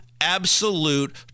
absolute